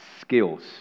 skills